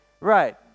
right